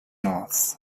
offs